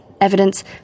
evidence